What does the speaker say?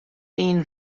این